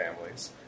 families